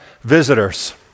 visitors